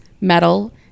metal